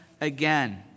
again